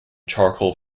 charcoal